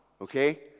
Okay